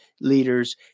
leaders